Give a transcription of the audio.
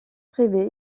privé